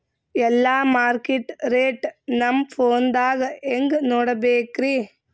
ಎಲ್ಲಾ market rate ನಮ್ ಫೋನದಾಗ ಹೆಂಗ ನೋಡಕೋಬೇಕ್ರಿ?